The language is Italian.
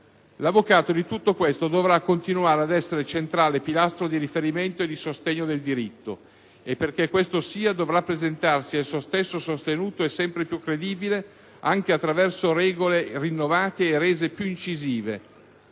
L'avvocato di tutto questo dovrà continuare ad essere centrale pilastro di riferimento e di sostegno del diritto, e perché questo sia dovrà presentarsi esso stesso sostenuto e sempre più credibile, anche attraverso regole rinnovate e rese più incisive